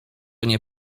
nie